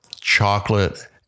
chocolate